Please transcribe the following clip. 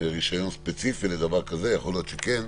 רישיון ספציפי לדבר כזה, יכול להיות שכן.